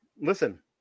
Listen